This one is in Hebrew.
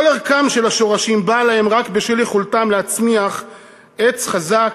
כל ערכם של השורשים בא להם רק בשל יכולתם להצמיח עץ חזק,